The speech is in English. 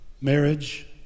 marriage